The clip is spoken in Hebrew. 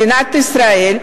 מדינת ישראל,